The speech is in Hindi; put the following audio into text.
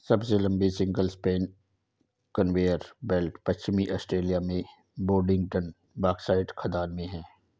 सबसे लंबी सिंगल स्पैन कन्वेयर बेल्ट पश्चिमी ऑस्ट्रेलिया में बोडिंगटन बॉक्साइट खदान में है